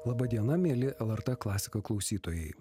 laba diena mieli lrt klasika klausytojai